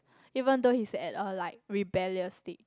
even though he's at a like rebellious state